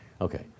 Okay